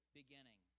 beginning